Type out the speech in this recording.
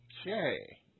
okay